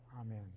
Amen